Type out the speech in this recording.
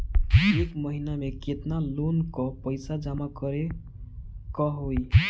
एक महिना मे केतना लोन क पईसा जमा करे क होइ?